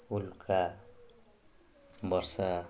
ବର୍ଷା